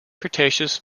cretaceous